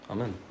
Amen